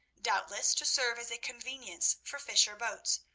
doubtless to serve as a convenience for fisher boats,